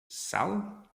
sal